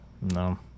No